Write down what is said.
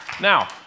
Now